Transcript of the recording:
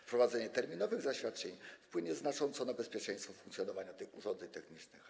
Wprowadzenie terminowych zaświadczeń wpłynie znacząco na bezpieczeństwo w funkcjonowaniu tych urządzeń technicznych.